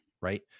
right